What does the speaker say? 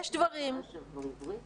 יש דברים שאת